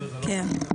כן.